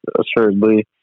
assuredly